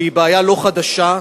והיא בעיה לא חדשה,